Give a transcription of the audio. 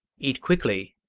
eat quickly,